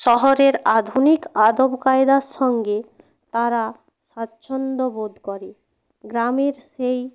শহরের আধুনিক আদব কায়দার সঙ্গে তারা স্বাচ্ছন্দ্য বোধ করে গ্রামের সেই